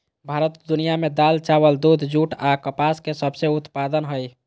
भारत दुनिया में दाल, चावल, दूध, जूट आ कपास के सबसे उत्पादन हइ